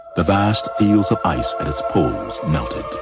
the vast fields of ice at its poles melted,